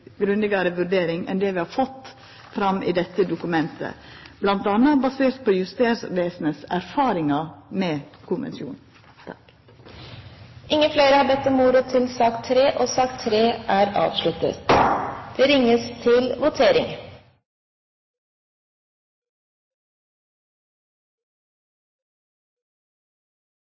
vurdering enn det vi har fått fram i dette dokumentet, m.a. basert på Justervesenet sine erfaringar med konvensjonen. Flere har ikke bedt om ordet til sak nr. 3. Stortinget går til votering. Fremskrittspartiet, Høyre, Kristelig Folkeparti og